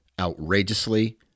outrageously